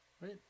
Right